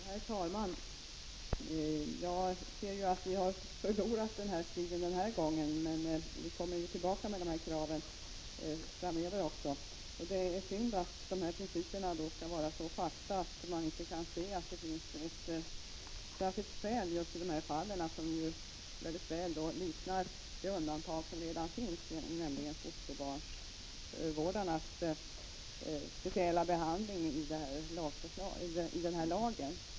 Herr talman! Jag inser att vi har förlorat striden den här gången, men vi kommer tillbaka med våra krav också framöver. Det är synd att principerna skall vara så hårt fastlagda att man inte kan se att det finns ett särskilt skäl för undantag i fall som i hög grad liknar dem för vilka undantag redan har gjorts, nämligen fosterbarnvårdarna, som behandlas särskilt i lagen.